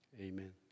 Amen